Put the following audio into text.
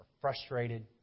frustrated